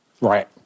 Right